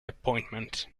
appointment